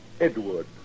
Edward